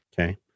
okay